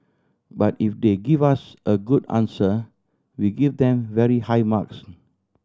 but if they give us a good answer we give them very high marks